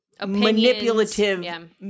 manipulative –